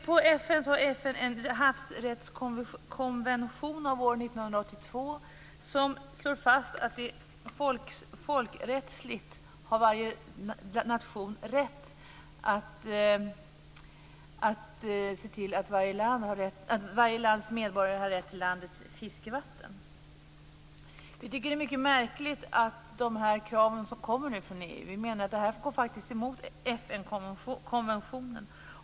I FN:s havsrättskonvention av år 1982 slås fast att folkrättsligt har varje nation möjlighet att se till att varje lands medborgare har rätt till landets fiskevatten. Det är mycket märkligt att dessa krav nu kommer från EU. Det går emot FN-konventionen.